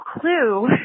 clue